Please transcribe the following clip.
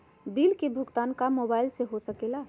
Bill का भुगतान का मोबाइलवा से हो सके ला?